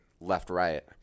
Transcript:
left-right